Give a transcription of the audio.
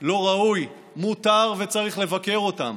לא ראוי, מותר וצריך לבקר אותם,